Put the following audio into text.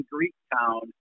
Greektown